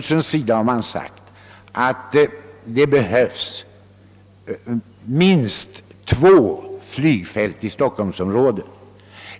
Luftfartsverket har framhållit att det behövs minst två flygfält i stockholmsområdet.